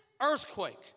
earthquake